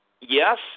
Yes